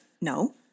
No